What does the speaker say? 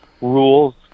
rules